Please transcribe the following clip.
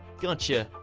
gotcha.